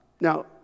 Now